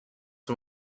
and